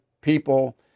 people